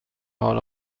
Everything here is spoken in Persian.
حال